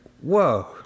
whoa